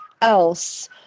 else